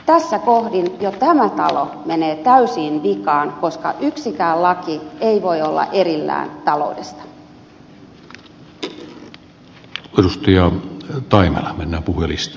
tässä kohdin jo tämä talo menee täysin vikaan koska yksikään laki ei voi olla erillään taloudesta